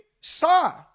saw